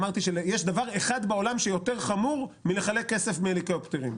אמרתי שיש דבר אחד בעולם שהוא יותר חמור מלחלק כסף מהליקופטרים,